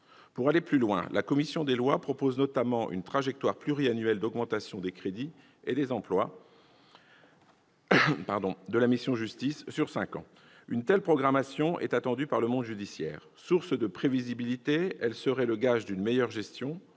Pour aller plus loin, la commission des lois propose notamment une trajectoire pluriannuelle d'augmentation des crédits et des emplois de la mission « Justice » sur cinq ans. Une telle programmation est attendue par le monde judiciaire : source de prévisibilité, elle serait le gage d'une meilleure gestion,